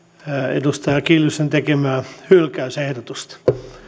edustaja kiljusen tekemää hylkäysehdotusta